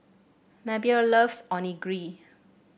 Mabelle loves Onigiri